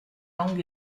langues